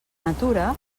natura